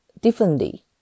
differently